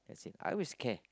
you see I always care